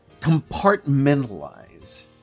compartmentalize